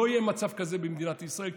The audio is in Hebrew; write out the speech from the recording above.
לא יהיה מצב כזה במדינת ישראל,